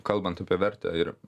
kalbant apie vertę ir